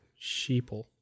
sheeple